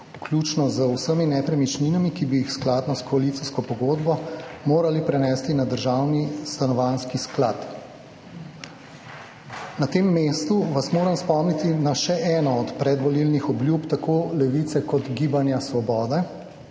vključno z vsemi nepremičninami, ki bi jih skladno s koalicijsko pogodbo morali prenesti na državni stanovanjski sklad. Na tem mestu vas moram spomniti na še eno od predvolilnih obljub tako Levice kot Gibanja svobode,